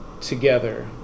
together